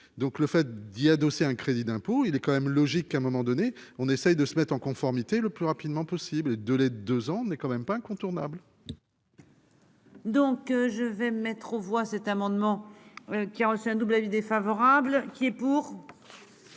Donc le fait d'y adosser un crédit d'impôt, il est quand même logique, à un moment donné, on essaie de se mettre en conformité le plus rapidement possible de les deux ans est quand même pas incontournable. Donc je vais mettre aux voix cet amendement. Qui a reçu double avis défavorable qui est pour.